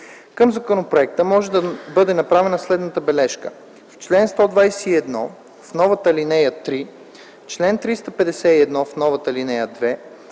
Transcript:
Към законопроекта може да бъде направена следната бележка: В чл. 121, в новата ал. 3; чл. 351, в новата ал. 2;